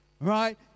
Right